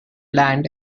land